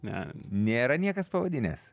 nėra niekas pavadinęs